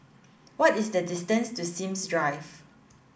what is the distance to Sims Drive